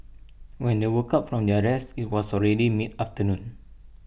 when they woke up from their rest IT was already mid afternoon